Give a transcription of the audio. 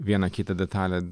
vieną kitą detalę